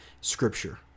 Scripture